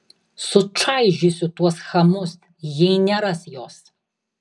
sučaižysiu tuos chamus jei neras jos